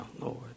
Lord